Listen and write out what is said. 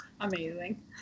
Amazing